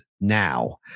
now